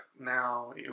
now